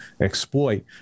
exploit